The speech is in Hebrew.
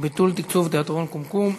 ביטול תקצוב תיאטרון "קומקום".